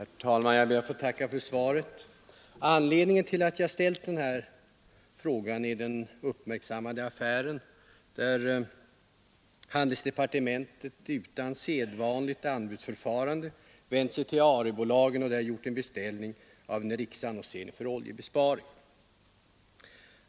Herr talman! Jag ber att få tacka för svaret. Anledningen till att jag ställt frågan är den uppmärksam made affär där handelsdepartementet utan sedvanligt anbudsförfarande vänt sig till Arebolagen och där gjort en beställning av en riksannonsering för oljebesparing.